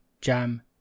Jam